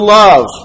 love